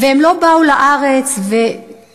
הם לא באו לארץ וקיטרו,